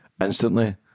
instantly